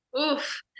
Oof